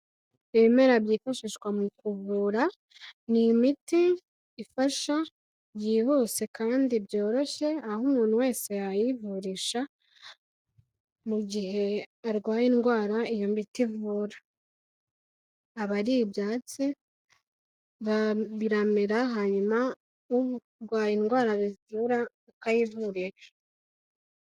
Ibimera byifashishwa mu kuvura ni imiti ifasha byihuse kandi byoroshye, aho umuntu wese yayivurisha mu gihe arwaye indwara iyo miti ivura, aba ari ibyatsi biramera hanyuma urwaye indwara bivura ukayivurisha.